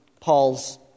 Paul's